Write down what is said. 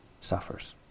suffers